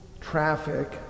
traffic